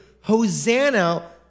Hosanna